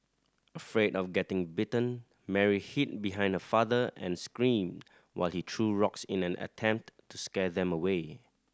afraid of getting bitten Mary hid behind her father and screamed while he threw rocks in an attempt to scare them away